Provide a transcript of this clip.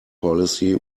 policy